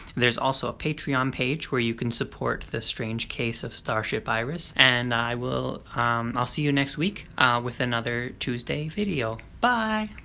there's also a patreon page where you can support the strange case of starship iris. and i will um ah see you next week with another tuesday video. bye!